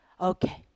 Okay